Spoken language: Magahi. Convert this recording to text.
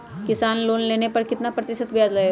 किसान लोन लेने पर कितना प्रतिशत ब्याज लगेगा?